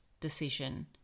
decision